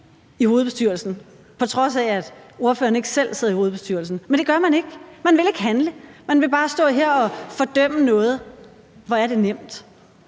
i hovedbestyrelsen, på trods af at ordføreren ikke selv sidder i hovedbestyrelsen. Men det gør man ikke. Man vil ikke handle. Man vil bare stå her og fordømme noget. Hvor er det nemt.